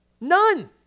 None